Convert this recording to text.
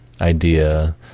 idea